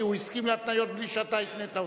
כי הוא הסכים להתניות בלי שאתה התנית אותן.